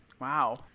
Wow